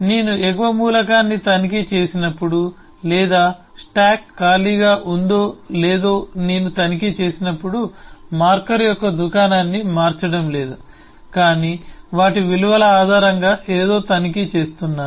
నేను ఎగువ మూలకాన్ని తనిఖీ చేసినప్పుడు లేదా స్టాక్ ఖాళీగా ఉందో లేదో నేను తనిఖీ చేసినప్పుడు మార్కర్ యొక్క దుకాణాన్ని మార్చడం లేదు కానీ వాటి విలువల ఆధారంగా ఏదో తనిఖీ చేస్తున్నాను